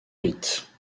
vite